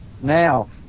now